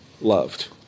loved